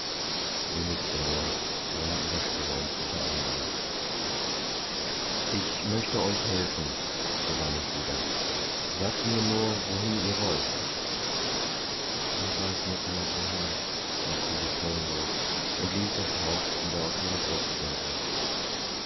sie nickte nur ohne ihre stellung zu verändern ich möchte euch helfen begann ich wieder sagt mir nur wohin ihr wollt i weiß nit mehr wohin sagte sie tonlos und ließ das haupt wieder auf ihre brust sinken